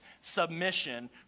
submission